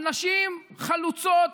על נשים חלוצות,